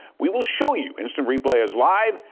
we will show you instant replay is live.